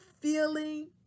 feeling